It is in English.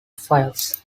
fires